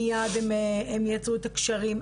מייד הם יצרו את הקשרים,